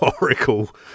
oracle